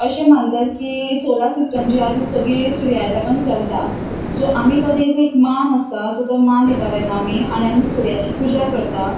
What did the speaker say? अशें मानतात की सोलार सिस्टम जें आसा ती सगळी सुर्याक लागून चलता सो आमी जो तेंचो एक मान आसता ताचो तो मान दिता आमी आनी आमी सुर्याची पुजा करता